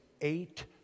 eight